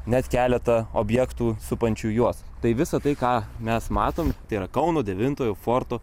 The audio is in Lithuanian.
net keletą objektų supančių juos tai visa tai ką mes matom tai yra kauno devintojo forto